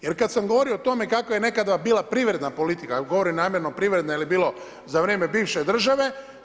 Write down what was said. Jer kad sam govorio o tome kakva je nekada bila privredna politika, govorim namjerno privredna jer je bilo za vrijeme bivše države.